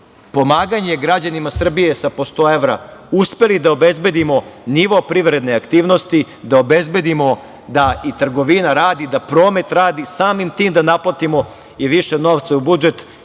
pomaganje građanima Srbije sa po 100 evra uspeli da obezbedimo nivo privredne aktivnosti, da obezbedimo da i trgovina radi, da promet radi, samim tim da naplatimo i više novca u budžet.